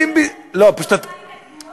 מה, אתה חושב שיש לי עוזרת שעושה לי את הקניות?